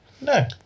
No